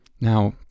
Now